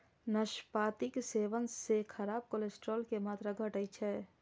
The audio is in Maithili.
नाशपातीक सेवन सं खराब कोलेस्ट्रॉल के मात्रा घटै छै